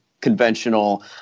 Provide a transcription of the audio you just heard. conventional